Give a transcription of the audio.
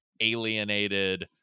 alienated